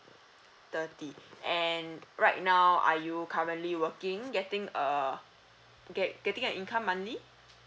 thirty and right now are you currently working getting err get getting an income monthly